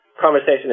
conversation